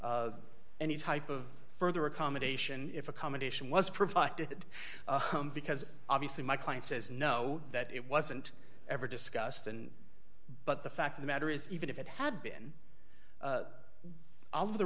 any type of further accommodation if accommodation was provided because obviously my client says no that it wasn't ever discussed and but the fact of the matter is even if it had been all